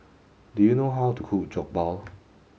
do you know how to cook Jokbal